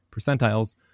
percentiles